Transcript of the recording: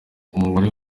umubare